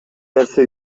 нерсе